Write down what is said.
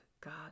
God